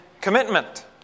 commitment